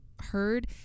heard